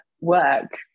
work